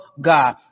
God